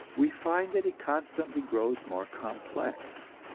we find that it constantly grows more complex.